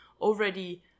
already